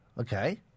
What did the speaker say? Okay